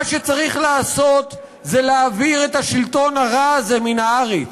מה שצריך לעשות זה להעביר את השלטון הרע הזה מן הארץ.